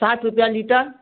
साठ रुपया लीटर